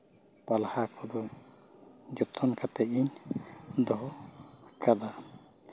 ᱯᱟᱞᱟ ᱠᱚᱫᱚ ᱡᱚᱛᱚᱱ ᱠᱟᱛᱮᱫ ᱜᱤᱧ ᱫᱚᱦᱚ ᱠᱟᱫᱟ